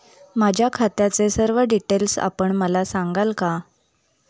माझ्या खात्याचे सर्व डिटेल्स आपण मला सांगाल का?